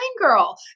girl